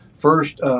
first